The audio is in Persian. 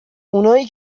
اونایی